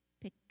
pick